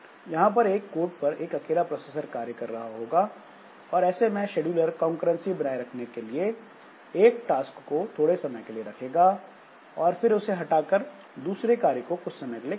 यहां पर एक कोड पर एक अकेला प्रोसेसर कार्य कर रहा होगा और ऐसे में शेड्यूलर कॉन्करंसी बनाए रखने के लिए एक टास्क को थोड़े समय के लिए रखेगा और फिर उसे हटाकर दूसरे कार्य को कुछ समय के लिए करेगा